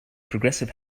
progressive